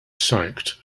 sacked